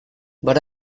but